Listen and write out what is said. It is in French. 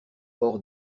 hors